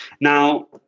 Now